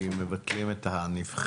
כי מבטלים את הנבחרת.